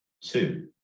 two